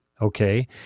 okay